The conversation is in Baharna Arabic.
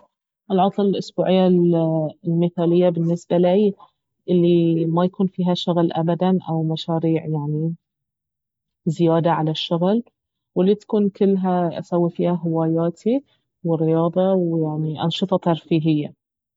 العطلة الأسبوعية المثالية بالنسبة لي الي ما يكون فيها شغل ابدا او مشاريع يعني زيادة على الشغل والي تكون كلها اسوي فيها هواياتي ورياضة ويعني أنشطة ترفيهية